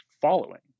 following